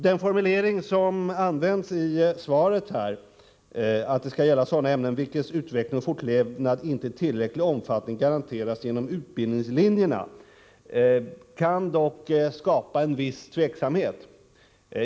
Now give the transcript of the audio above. Den formulering som använts i svaret, nämligen att planeringen skall omfatta sådana ämnen ”vilkas utveckling och fortlevnad inte i tillräcklig omfattning garanteras genom utbildningslinjerna”, kan dock skapa en viss tveksamhet.